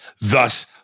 Thus